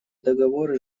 договоры